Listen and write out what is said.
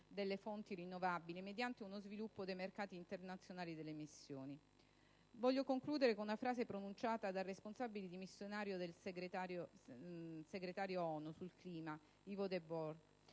delle fonti rinnovabili mediante uno sviluppo dei mercati internazionali delle emissioni. Voglio concludere con una frase pronunciata dal responsabile dimissionario del segretariato ONU sul clima, Yvo de